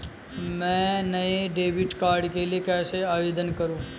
मैं नए debit card के लिए कैसे आवेदन करूं?